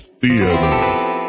Theater